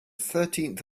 thirteenth